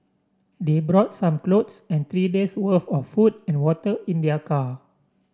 they brought some clothes and three days' worth of food and water in their car